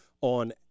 on